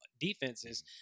defenses